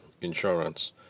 insurance